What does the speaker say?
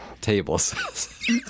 tables